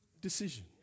decision